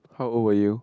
how old are you